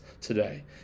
today